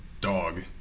dog